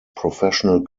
professional